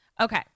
Okay